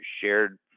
shared